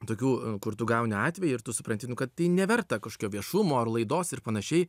tokių kur tu gauni atvejį ir tu supranti nu kad tai neverta kažkokio viešumo ar laidos ir panašiai